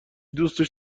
دوستش